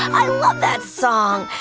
i love that song!